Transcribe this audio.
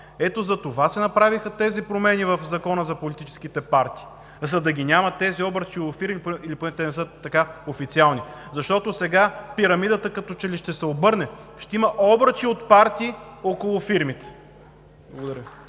Ето затова се направиха тези промени в Закона за политическите партии, за да ги няма тези обръчи от фирми или те поне да не са така официални, защото сега пирамидата като че ли ще се обърне – ще има обръчи от партии около фирмите. Благодаря.